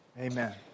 Amen